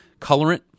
colorant